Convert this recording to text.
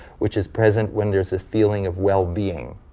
which is present when there's a feeling of wellbeing.